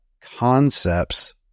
concepts